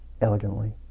elegantly